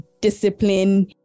discipline